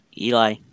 eli